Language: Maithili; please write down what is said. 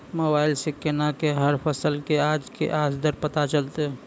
मोबाइल सऽ केना कऽ हर फसल कऽ आज के आज दर पता चलतै?